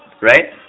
Right